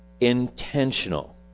Intentional